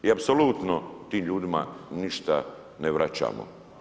I apsolutno tim ljudima ništa ne vraćamo.